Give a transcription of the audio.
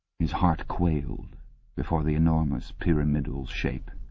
his heart quailed before the enormous pyramidal shape.